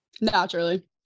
Naturally